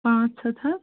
پانٛژھ ہَتھ ہا